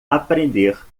aprender